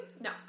No